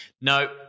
No